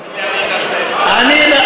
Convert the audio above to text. לא יכול להגיד לי: אני אנסה.